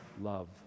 love